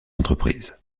entreprises